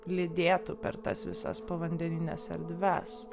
lydėtų per tas visas povandenines erdves